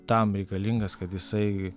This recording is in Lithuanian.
tam reikalingas kad jisai